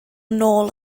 nôl